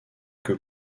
que